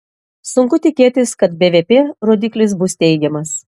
sunku tikėtis kad bvp rodiklis bus teigiamas